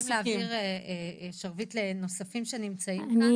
אנחנו חייבים להעביר שרביט לנוספים שנמצאים כאן.